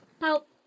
Help